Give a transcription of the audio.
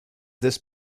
this